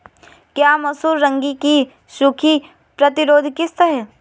क्या मसूर रागी की सूखा प्रतिरोध किश्त है?